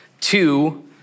Two